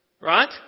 right